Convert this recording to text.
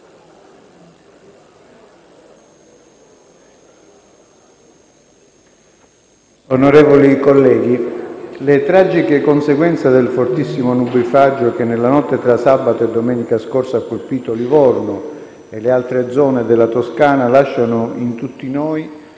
Onorevoli colleghi, le tragiche conseguenze del fortissimo nubifragio che, nella notte tra sabato e domenica scorsa, ha colpito Livorno e le altre zone della Toscana lasciano in tutti noi